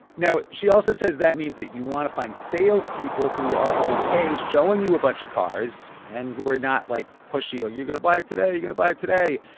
now, she also says that means that you want to find salespeople who are ok showing you a bunch of cars and who are not, like, pushy. are you going to buy it today? you're going to buy it today?